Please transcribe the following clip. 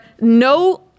No